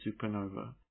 supernova